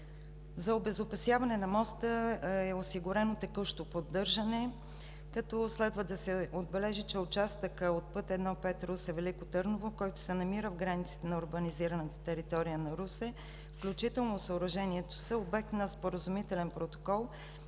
За обезопасяване на моста е осигурено текущо поддържане, като следва да се отбележи, че участъкът от път І-5 Русе – Велико Търново, който се намира в границите на урбанизираната територия на Русе, включително съоръжението, са обект на споразумителен протокол